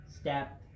step